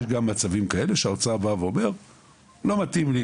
יש גם מצבים כאלה שהאוצר בא ואומר לא מתאים לי.